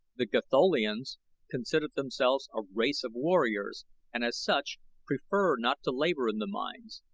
the gatholians consider themselves a race of warriors and as such prefer not to labor in the mines.